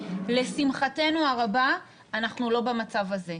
לשמחתנו הרבה אנחנו לא במצב הזה.